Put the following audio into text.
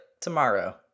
tomorrow